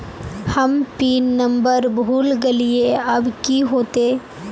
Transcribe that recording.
हम pin number भूल गलिऐ अब की होते?